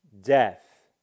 death